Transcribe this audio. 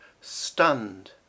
stunned